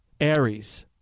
Aries